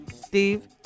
Steve